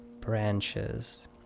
branches